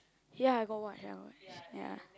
ya I got watch I got watch ya